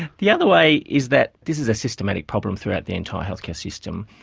the other way is that this is a systematic problem throughout the entire healthcare system.